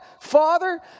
Father